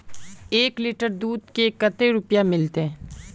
एक लीटर दूध के कते रुपया मिलते?